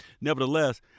nevertheless